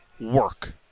work